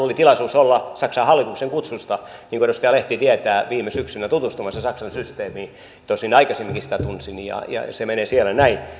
oli tilaisuus olla saksan hallituksen kutsusta niin kuin edustaja lehti tietää viime syksynä tutustumassa saksan systeemiin tosin aikaisemminkin sitä tunsin ja ja se menee siellä niin